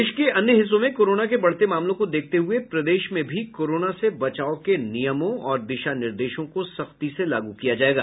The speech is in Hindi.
देश के अन्य हिस्सों में कोरोना के बढ़ते मामलों को देखते हये प्रदेश में भी कोरोना से बचाव के नियमों और दिशा निर्देशों को सख्ती से लागू किया जायेगा